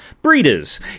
Breeders